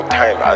time